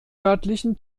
nördlichen